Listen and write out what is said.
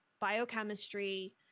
biochemistry